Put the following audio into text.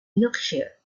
yorkshire